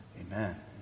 Amen